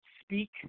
speak